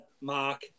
Mark